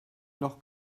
noch